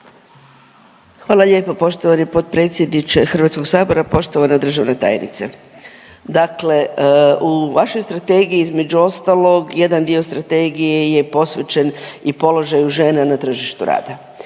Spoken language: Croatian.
Hvala lijepo poštovani potpredsjedniče Hrvatskog sabora. Poštovana državna tajnice, dakle u vašoj strategiji između ostalog jedan dio strategije je posvećen i položaju žena na tržištu rada.